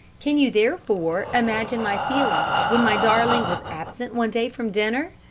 can you therefore imagine my feelings when my darling was absent one day from dinner?